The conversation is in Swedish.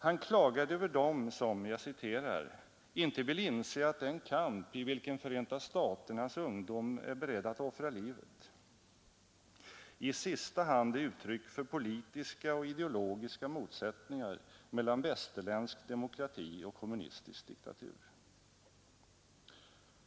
Han klagade över dem som ”inte vill inse att den kamp, i vilken Förenta staternas ungdom är beredd att offra livet, i sista hand är uttryck för politiska och ideologiska motsättningar mellan västerländsk demokrati och kommunistisk diktatur”.